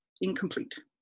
incomplete